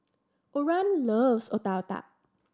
Oran loves Otak Otak